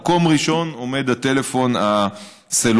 במקום ראשון עומד הטלפון הסלולרי.